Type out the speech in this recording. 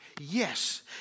yes